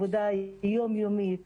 יומיומית,